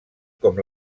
com